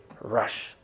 rush